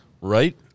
Right